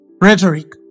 rhetoric